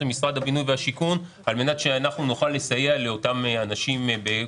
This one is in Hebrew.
למשרד הבינוי והשיכון על מנת שאנחנו נוכל לסייע לאותם אנשים.